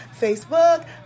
Facebook